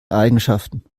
eigenschaften